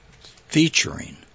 featuring